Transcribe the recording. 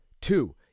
Two